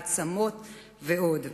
העצמות ועוד.